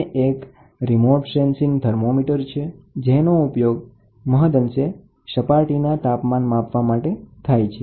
તે એક remote sensing thermometer છે જેનો ઉપયોગ સપાટીના તાપમાન માપવા માટે થાય છે